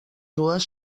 dues